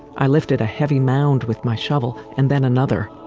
i lifted a heavy mound with my shovel, and then another.